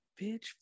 bitch